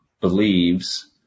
believes